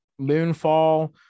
moonfall